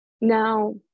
Now